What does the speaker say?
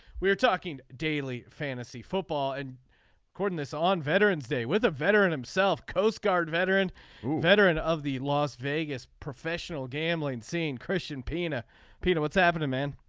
we're talking daily fantasy football and cordon this on veterans day with a veteran himself. coast guard veteran veteran of the las vegas professional gambling scene christian pina pino what's happening man.